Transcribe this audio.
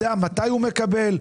יודע מתי הוא מקבל,